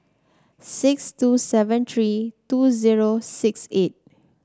six two seven three two zero six eight